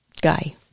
guy